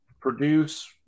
produce